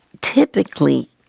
typically